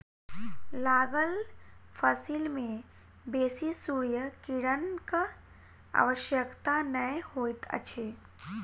लागल फसिल में बेसी सूर्य किरणक आवश्यकता नै होइत अछि